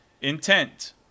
Intent